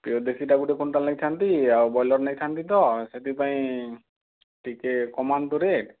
ଏ ଦେଶୀଟା ଗୋଟେ କୁଇଣ୍ଟାଲ ନେଇଥାନ୍ତି ଆଉ ବ୍ରଏଲର ନେଇଥାନ୍ତି ତ ସେଥିପାଇଁ ଟିକେ କମାନ୍ତୁ ରେଟ୍